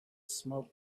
smoke